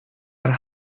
are